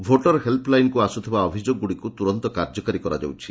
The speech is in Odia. ଭୋଟର ହେଲ୍ପ୍ ଲାଇନ୍କୁ ଆସୁଥିବା ଅଭିଯୋଗଗୁଡ଼ିକୁ ତୁରନ୍ତ କାର୍ଯ୍ୟକାରୀ କରାଯାଇଛି